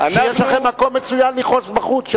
יש לכם מקום מצוין לכעוס בחוץ,